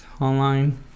online